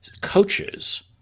coaches